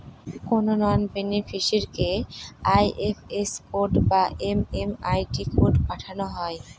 কোনো নন বেনিফিসিরইকে IFS code বা এম.এম.আই.ডি কোড পাঠানো হয়